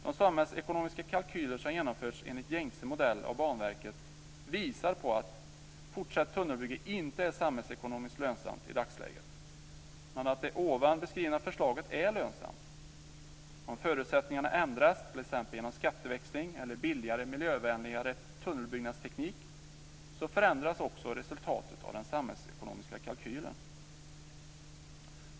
De samhällsekonomiska kalkyler som genomförts enligt gängse modell av Banverket visar på att fortsatt tunnelbygge inte är samhällsekonomiskt lönsamt i dagsläget men att det ovan beskrivna förslaget är lönsamt. Om förutsättningarna ändras, t.ex. genom skatteväxling eller billigare och miljövänligare tunnelbyggnadsteknik, så förändras också resultatet av den samhällsekonomiska kalkylen.